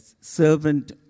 servant